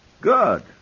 Good